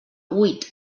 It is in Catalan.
huit